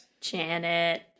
Janet